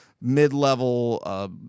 mid-level